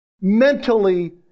mentally